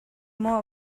more